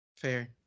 Fair